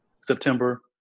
September